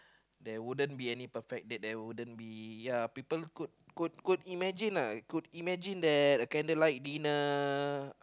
there wouldn't be any perfect date there wouldn't be ya people could could could imagine lah could imagine that a candle light dinner